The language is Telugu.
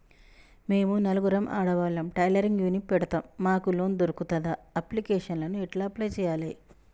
మేము నలుగురం ఆడవాళ్ళం టైలరింగ్ యూనిట్ పెడతం మాకు లోన్ దొర్కుతదా? అప్లికేషన్లను ఎట్ల అప్లయ్ చేయాలే?